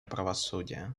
правосудия